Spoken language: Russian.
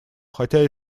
хотя